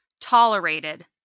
tolerated